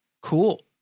Cool